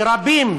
שרבים